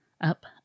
up